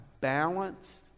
balanced